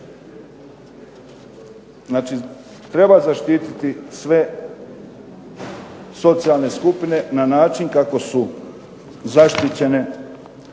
treba zaštititi sve socijalne skupine na način kako su zaštićeni